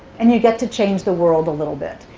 and you get to change the world a little bit.